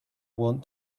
want